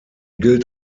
gilt